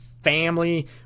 family